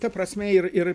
ta prasme ir ir